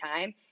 time